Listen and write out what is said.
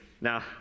Now